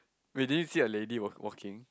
wait did you see a lady walk walking